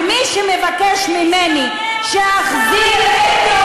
ומי שמבקש ממני שאחזיר את,